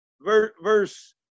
Verse